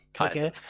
Okay